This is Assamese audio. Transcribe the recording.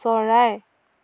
চৰাই